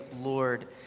Lord